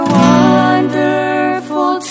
wonderful